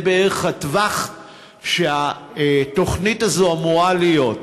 זה בערך הטווח שהתוכנית הזו אמורה להיות.